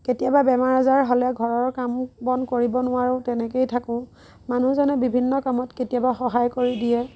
কেতিয়াবা বেমাৰ আজাৰ হ'লে ঘৰৰ কাম বন কৰিব নোৱাৰোঁ তেনেকৈয়ে থাকোঁ মানুহজনে বিভিন্ন কামত কেতিয়াবা সহায় কৰি দিয়ে